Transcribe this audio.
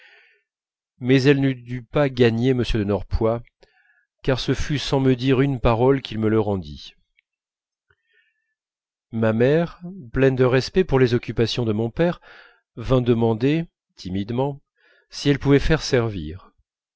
mais elle ne dut pas gagner m de norpois car ce fut sans me dire une parole qu'il me le rendit ma mère pleine de respect pour les occupations de mon père vint demander timidement si elle pouvait faire servir